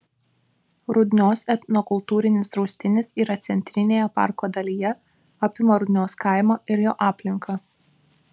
rudnios etnokultūrinis draustinis yra centrinėje parko dalyje apima rudnios kaimą ir jo aplinką